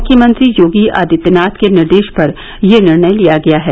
मुख्यमंत्री योगी आदित्यनाथ के निर्देश पर यह निर्णय लिया गया है